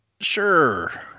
Sure